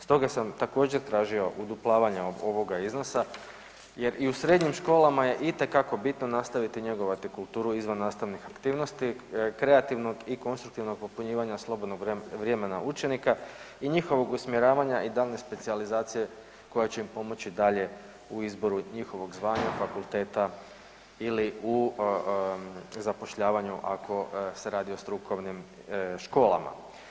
Stoga sam također tražio uduplavanje ovoga iznosa jer i u srednjim školama je itekako bitno nastaviti njegovati kulturu izvannastavnih aktivnosti, kreativnog i konstruktivnog popunjavanja slobodnog vremena učenika i njihovog usmjeravanja i dane specijalizacije koja će im pomoći dalje u izboru njihovog zvanja, fakulteta ili u zapošljavanju ako se radi o strukovnim školama.